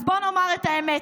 אז בואו נאמר את האמת,